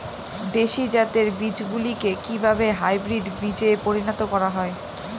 দেশি জাতের বীজগুলিকে কিভাবে হাইব্রিড বীজে পরিণত করা হয়?